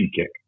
kick